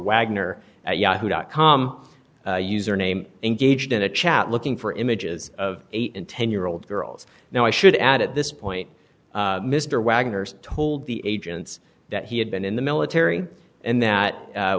wagner at yahoo dot com username engaged in a chat looking for images of eight and ten year old girls now i should add at this point mr wagoner's told the agents that he had been in the military and that